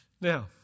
Now